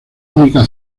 única